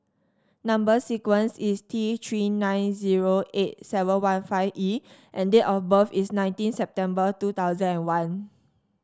number sequence is T Three nine zero eight seven one five E and date of birth is nineteen September two thousand and one